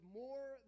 more